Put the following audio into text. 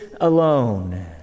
alone